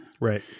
right